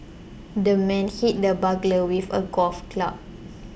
the man hit the burglar with a golf club